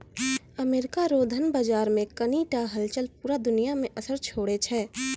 America रो धन बाजार मे कनी टा हलचल पूरा दुनिया मे असर छोड़ै छै